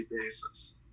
basis